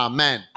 Amen